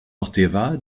orteva